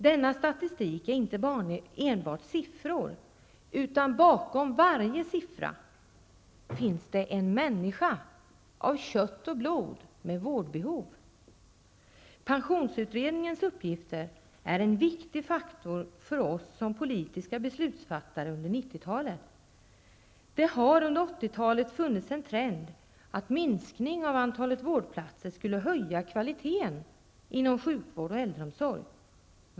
Denna statistik är inte enbart siffror, utan bakom varje siffra finns det en människa av kött och blod med vårdbehov. Pensionsutredningens uppgifter är en viktig faktor för oss som politiska beslutsfattare under 90-talet. Det har under 80-talet funnits en trend att minska antalet vårdplatser, eftersom det skulle höja kvaliteten inom sjukvård och äldreomsorg.